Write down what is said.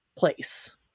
place